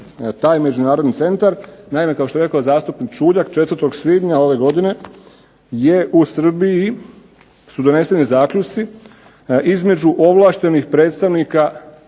taj međunarodni centar. Naime, kao što je rekao zastupnik Čuljak 4. svibnja ove godine je u Srbiji su doneseni zaključci između ovlaštenih predstavnika